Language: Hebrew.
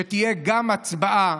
שתהיה גם הצבעה